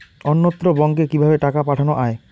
অন্যত্র ব্যংকে কিভাবে টাকা পাঠানো য়ায়?